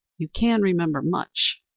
you can remember much.